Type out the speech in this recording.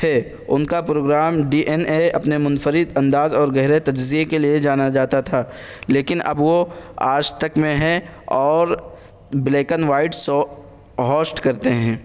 تھے ان کا پروگرام ڈی این اے اپنے منفرد انداز اور گہرے تجزیے کے لیے جانا جاتا تھا لیکن اب وہ آج تک میں ہیں اور black and white show host کرتے ہیں